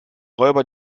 räuber